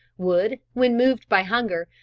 would, when moved by hunger,